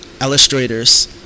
illustrators